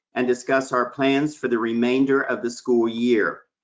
and discuss our plans for the remainder of the school year.